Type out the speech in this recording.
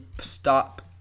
stop